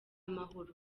amahoro